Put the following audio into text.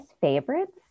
favorites